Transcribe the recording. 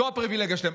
זו הפריבילגיה שלהם.